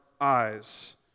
eyes